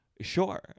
sure